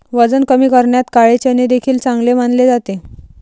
वजन कमी करण्यात काळे चणे देखील चांगले मानले जाते